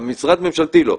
אבל משרד ממשלתי לא.